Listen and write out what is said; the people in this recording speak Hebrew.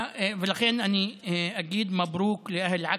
לכן אני אגיד (אומר דברים בשפה הערבית,